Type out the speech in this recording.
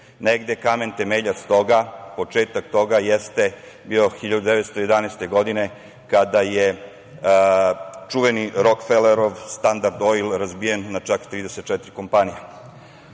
Negde kamen temeljac toga, početak toga jeste bio 1911. godine, kada je čuveni Rokfelerov „Standard Oil“ razbijen na čak 34 kompanije. Danas